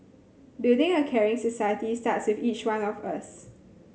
building a caring society starts with each one of us